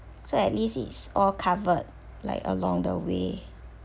so at least it's all covered like along the way